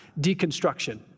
deconstruction